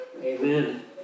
Amen